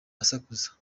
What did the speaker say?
asakuza